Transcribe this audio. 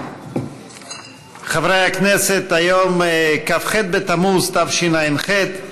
חברי הכנסת, היום כ"ח בתמוז התשע"ח,